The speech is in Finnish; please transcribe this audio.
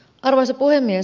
arvoisa puhemies